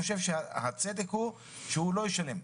הצדק הוא שהוא לא ישלם.